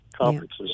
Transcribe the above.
conferences